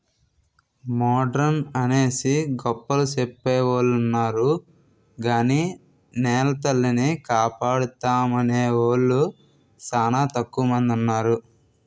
modern అనేసి గొప్పలు సెప్పెవొలున్నారు గాని నెలతల్లిని కాపాడుతామనేవూలు సానా తక్కువ మందున్నారు